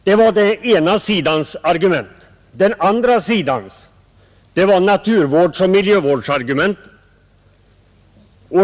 Å andra sidan hade vi naturvårdsoch miljövårdsintressena.